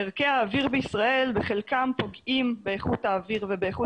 ערכי האוויר בישראל בחלקם פוגעים באיכות האוויר ובאיכות